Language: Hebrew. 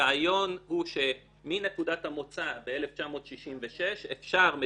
הרעיון הוא שמנקודת המוצא ב-1966 אפשר,